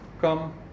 Come